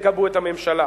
שתגבו את הממשלה,